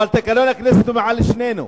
אבל תקנון הכנסת הוא לשנינו.